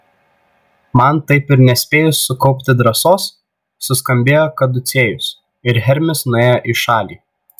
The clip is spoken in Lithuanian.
man taip ir nespėjus sukaupti drąsos suskambėjo kaducėjus ir hermis nuėjo į šalį